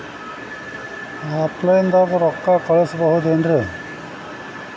Offline ದಾಗ ರೊಕ್ಕ ಕಳಸಬಹುದೇನ್ರಿ?